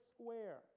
square